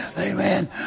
Amen